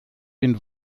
den